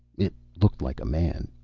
it looked like a man.